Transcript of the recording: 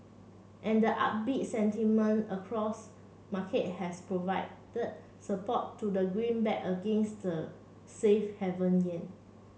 and the upbeat sentiment across market has provided support to the greenback against the safe haven yen